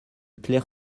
clair